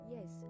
Yes